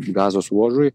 gazos ruožui